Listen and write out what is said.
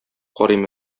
карыйм